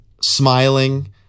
smiling